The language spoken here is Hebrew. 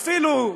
ואפילו,